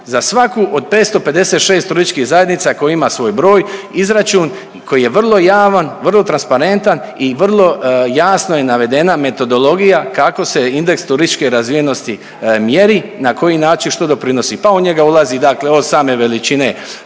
za svaku od 556 turističkih zajednica koji ima svoj broj, izračun, koji je vrlo javan, vrlo transparentan i vrlo jasno je navedena metodologija kako se indeks turističke razvijenosti mjeri, na koji način, što doprinosi pa u njega ulazi dakle od same veličine